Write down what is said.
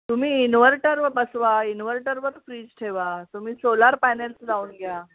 तुम्ही इन्व्हर्टर व बसवा इन्वर्टरवर फ्रीज ठेवा तुम्ही सोलार पॅनल्स लावून घ्या